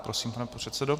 Prosím, pane předsedo.